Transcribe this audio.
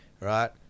right